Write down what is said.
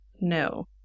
no